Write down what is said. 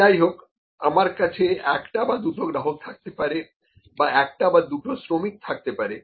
সে যাই হোক আমার কাছে একটা বা দুটো গ্রাহক থাকতে পারে বা একটা বা দুটো শ্রমিক থাকতে পারে